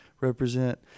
represent